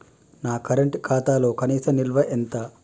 నా కరెంట్ ఖాతాలో కనీస నిల్వ ఎంత?